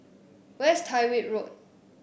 where is Tyrwhitt Road